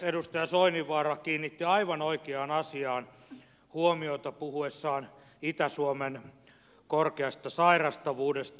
edustaja soininvaara kiinnitti aivan oikeaan asiaan huomiota puhuessaan itä suomen korkeasta sairastavuudesta